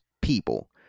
people